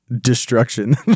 destruction